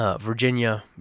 Virginia